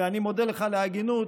ואני מודה לך על ההגינות,